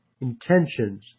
intentions